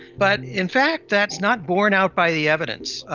but in fact that is not borne out by the evidence.